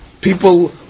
people